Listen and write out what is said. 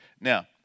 Now